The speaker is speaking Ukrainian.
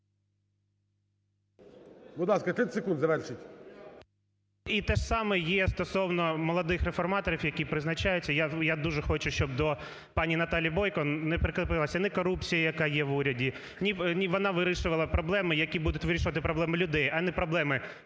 11:13:39 РЯБЧИН О.М. І те ж саме є стосовно молодих реформаторів, які призначаються. Я дуже хочу, щоб до пані Наталі Бойко не прикріпилася ні корупція, яка є в уряді, вона вирішувала проблеми, які будуть вирішувати проблеми людей, а не проблеми